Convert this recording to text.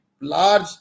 large